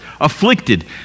afflicted